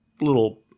little